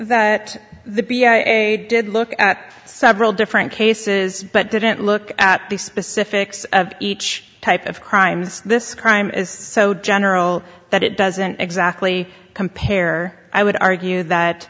that the b i did look at several different cases but didn't look at the specifics of each type of crimes this crime is so general that it doesn't exactly compare i would argue that